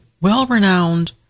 well-renowned